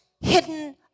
hidden